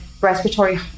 respiratory